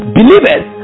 believers